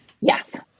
Yes